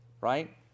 right